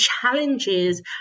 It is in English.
challenges